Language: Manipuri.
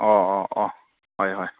ꯑꯣ ꯑꯣ ꯑꯣ ꯍꯣꯏ ꯍꯣꯏ